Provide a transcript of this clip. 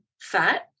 fat